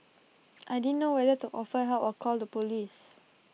I didn't know whether to offer help or call the Police